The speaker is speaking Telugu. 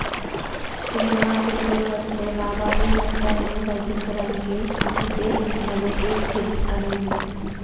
షేర్ మార్కెట్టులో వచ్చే లాభాలు, నష్టాలను తగ్గించడానికి వుద్దేశించినదే యీ హెడ్జ్ అనేది